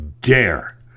dare